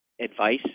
advice